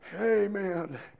Amen